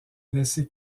laissé